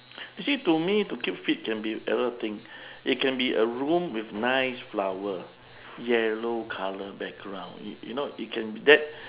actually to me to keep fit can be a lot of thing it can be a room with nice flower yellow colour background you you know you can that